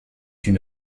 une